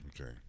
Okay